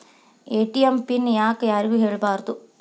ATM PIN ಯಾಕ್ ಯಾರಿಗೂ ಹೇಳಬಾರದು?